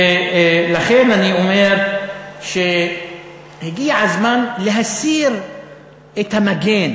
ולכן אני אומר שהגיע הזמן להסיר את המגן